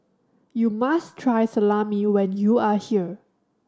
you must try Salami when you are here